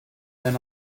than